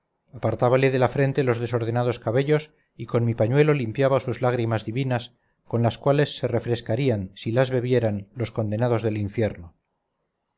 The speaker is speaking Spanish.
brazos apartábale de la frente los desordenados cabellos y con mi pañuelo limpiaba sus lágrimasdivinas con las cuales se refrescarían si las bebieran los condenados del infierno